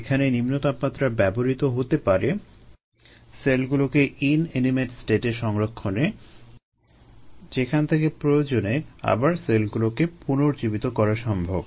এখানে নিম্ন তাপমাত্রা ব্যবহৃত হতে পারে সেলগুলোকে ইনএনিমেট স্টেটে সংরক্ষণে যেখান থেকে প্রয়োজনে আবার সেলগুলোকে পুনর্জীবিত করা সম্ভব